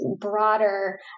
broader